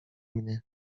mnie